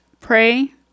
pray